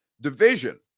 Division